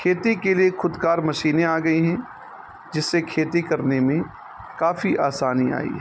کھیتی کے لیے خود کار مشینیں آ گئی ہیں جس سے کھیتی کرنے میں کافی آسانی آئی ہے